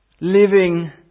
Living